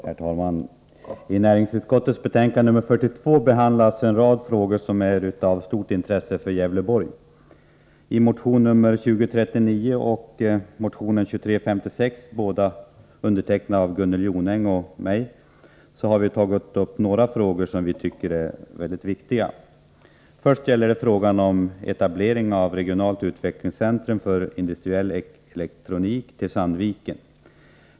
Herr talman! I näringsutskottets betänkande nr 42 behandlas en rad frågor som är av stort intresse för Gävleborgs län. I motionerna 2039 och 2356 har Gunnel Jonäng och jag tagit upp några, som vi tycker, väldigt viktiga frågor. Först gäller det frågan om etablering i Sandviken av ett regionalt utvecklingscentrum för industriell elektronik.